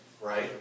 right